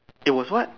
it was what